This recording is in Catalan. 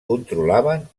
controlaven